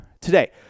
today